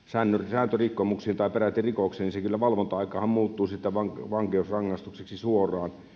sääntörikkomuksiin tai peräti rikokseen valvonta aikahan kyllä muuttuu siitä vankeusrangaistukseksi suoraan